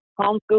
homeschool